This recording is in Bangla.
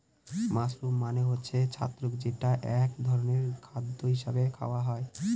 মাশরুম মানে হচ্ছে ছত্রাক যেটা এক ধরনের খাদ্য হিসাবে খাওয়া হয়